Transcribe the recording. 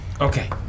Okay